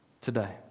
today